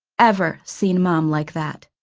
ever seen mom like that.